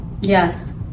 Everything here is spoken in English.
Yes